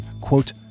quote